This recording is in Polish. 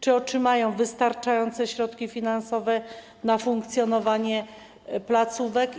Czy otrzymają wystarczające środki finansowe na funkcjonowanie placówek?